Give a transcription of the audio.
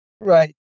right